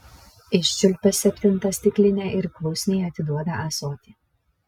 iščiulpia septintą stiklinę ir klusniai atiduoda ąsotį